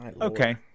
Okay